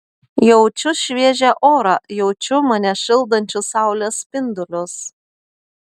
jaučiu šviežią orą jaučiu mane šildančius saulės spindulius